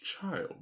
child